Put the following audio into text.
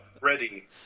ready